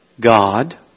God